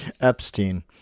Epstein